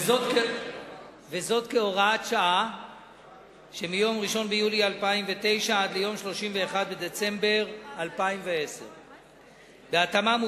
וזאת כהוראת שעה לתקופה שמיום 1 ביולי עד ליום 31 בדצמבר 2010. בהתאמה,